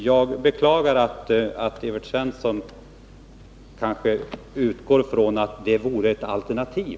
Jag beklagar att Evert Svensson utgår från att licenstillverkning skulle kunna vara ett alternativ.